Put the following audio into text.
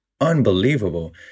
unbelievable